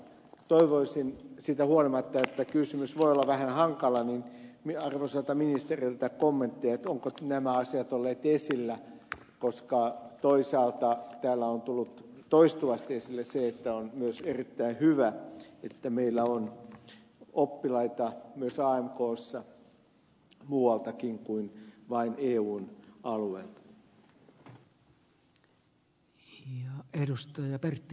toivoisin siitä huolimatta vaikka kysymys voi olla vähän hankala arvoisalta ministeriltä kommenttia ovatko nämä asiat olleet esillä koska toisaalta täällä on tullut toistuvasti esille se että on myös erittäin hyvä että meillä on oppilaita myös amkssa muualtakin kuin vain eun alueelta